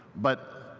but